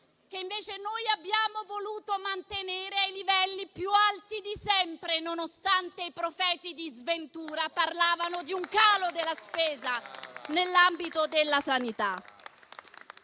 che invece noi abbiamo voluto mantenere ai livelli più alti di sempre, nonostante i profeti di sventura parlassero di un calo della spesa in ambito sanitario.